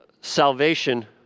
salvation